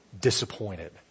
disappointed